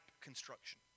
construction